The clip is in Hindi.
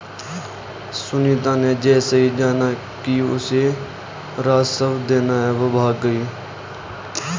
सुनीता ने जैसे ही जाना कि उसे राजस्व देना है वो भाग गई